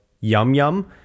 yum-yum